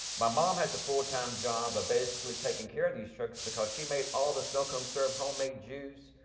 my mom had the full time job of basically taking care of these trucks because she made all the snow cone served homemade juice,